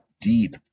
deep